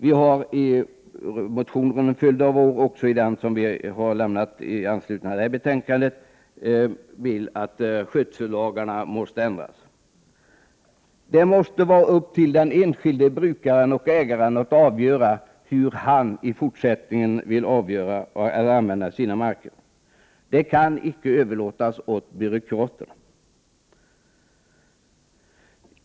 Vi har i motioner under en följd av år, även i den som behandlas i detta betänknade, krävt att skötsellagarna skall ändras. Det måste vara upp till den enskilde brukaren och ägaren att avgöra hur han i fortsättningen vill använda sina marker. Det kan icke överlåtas på byråkraterna.